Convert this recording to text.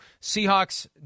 Seahawks